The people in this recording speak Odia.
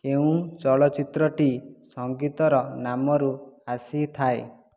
କେଉଁ ଚଳଚ୍ଚିତ୍ରଟି ସଙ୍ଗୀତର ନାମରୁ ଆସିଥାଏ